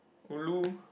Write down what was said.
ulu